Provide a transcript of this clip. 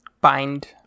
Bind